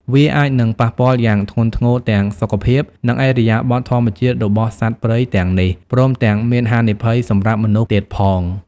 វាអាចនឹងប៉ះពាល់យ៉ាងធ្ងន់ធ្ងរទាំងសុខភាព និងឥរិយាបថធម្មជាតិរបស់សត្វព្រៃទាំងនេះ ព្រមទាំងមានហានិភ័យសម្រាប់មនុស្សទៀតផង។